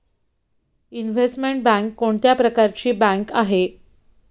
Investment bank कोणत्या प्रकारची bank आहे?